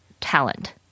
talent